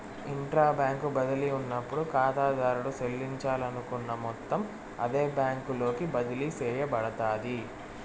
intra bank బదిలీ ఉన్నప్పుడు కాతాదారుడు సెల్లించాలనుకున్న మొత్తం అదే బ్యాంకులోకి బదిలీ సేయబడతాది